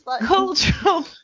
Cultural